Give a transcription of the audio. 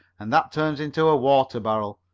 and that turns into a water barrel.